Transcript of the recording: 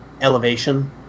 elevation